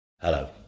Hello